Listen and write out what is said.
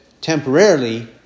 temporarily